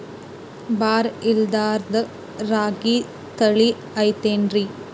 ಬರ ಇರಲಾರದ್ ರಾಗಿ ತಳಿ ಐತೇನ್ರಿ?